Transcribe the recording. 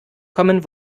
commen